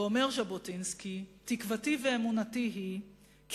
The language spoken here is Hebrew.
ואומר ז'בוטינסקי: תקוותי ואמונתי היא כי